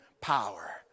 power